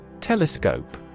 Telescope